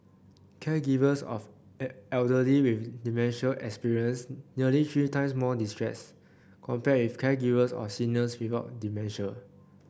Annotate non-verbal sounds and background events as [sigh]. caregivers of [hesitation] elderly with dementia experienced nearly three times more distress compared with caregivers of seniors without dementia